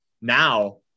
now